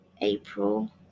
april